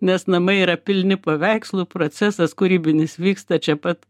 nes namai yra pilni paveikslų procesas kūrybinis vyksta čia pat